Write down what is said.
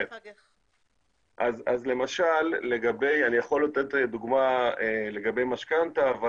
אני יכול לתת דוגמה לגבי משכנתה אבל